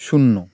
শূন্য